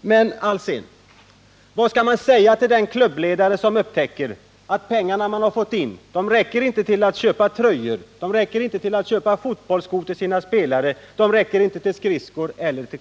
Men, Hans Alsén, vad skall man säga till den klubbledare som upptäcker att pengarna man har fått in inte räcker till att köpa tröjor, inte räcker till att köpa fotbollsskor åt spelarna, inte räcker till skridskor eller klubbor?